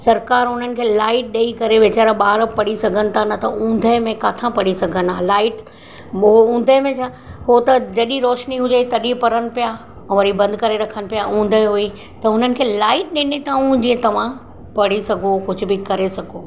सरकार हुननि खे लाइट ॾेई करे वीचारा ॿार पढ़ी सघनि था न त ऊंदहि में किथां पढ़ी सघनि आ लाइट मोयो ऊंदहि में हू त जॾहिं रोशनी हुजे तॾहिं पढ़नि पिया ऐं वरी बंदि करे रखनि पिया ऊंदहि हुई त हुननि खे लाइट ॾिनी अथऊं जीअं तव्हां पढ़ी सघो कुझु बि करे सघो